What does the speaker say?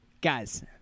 Guys